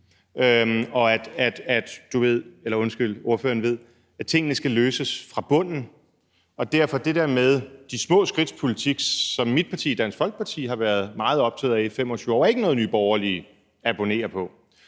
ikke bare laver lappeløsninger, og at tingene skal løses fra bunden, og derfor er det der med de små skridts politik, som mit parti, Dansk Folkeparti, har været meget optaget af i 25 år, ikke noget, Nye Borgerlige abonnerer på.